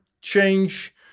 change